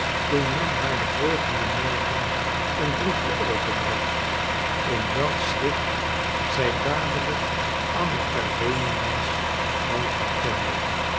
toen men haar den volgenden morgen een briefje overbracht in welks schrift zij dadelijk anna karenina's hand herkende